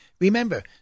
Remember